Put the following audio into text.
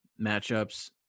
matchups